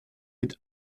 mit